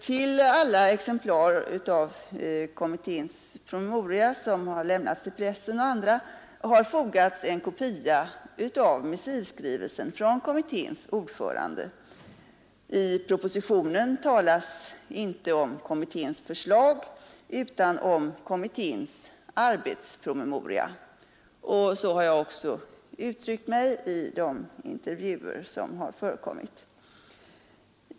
Till alla exemplar av kommitténs promemoria som har lämnats till pressen och andra har fogats en kopia av missivskrivelsen från kommitténs ordförande. I propositionen talas inte om kommitténs förslag utan om kommitténs arbetspromemoria. Så har jag också uttryckt mig i de intervjuer som har förekommit.